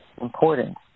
important